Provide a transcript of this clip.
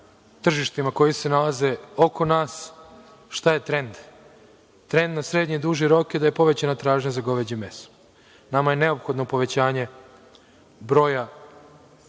koja se nalaze oko nas, šta je trend. Trend na srednji i duži rok je da je povećana tražnja za goveđim mesom. Nama je neophodno povećanje broja